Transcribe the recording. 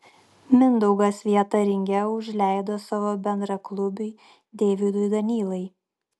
mindaugas vietą ringe užleido savo bendraklubiui deividui danylai